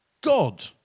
God